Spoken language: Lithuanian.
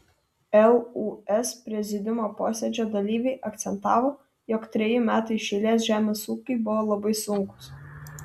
lūs prezidiumo posėdžio dalyviai akcentavo jog treji metai iš eilės žemės ūkiui buvo labai sunkūs